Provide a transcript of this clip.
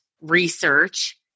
research